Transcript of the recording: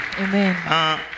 Amen